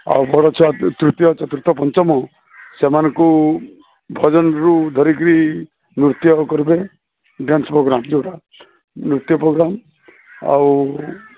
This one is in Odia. ଆଉ ବଡ଼ ଛୁଆ ତୃତୀୟ ଚତୁର୍ଥ ପଞ୍ଚମ ସେମାନଙ୍କୁ ଭଜନରୁ ଧରି କିରି ନୃତ୍ୟ କରିବେ ଡ୍ୟାନ୍ସ ପ୍ରୋଗ୍ରାମ୍ ଯୋଉଟା ନୃତ୍ୟ ପ୍ରୋଗ୍ରାମ୍ ଆଉ